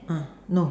no